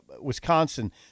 Wisconsin